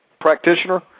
practitioner